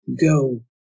go